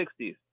1960s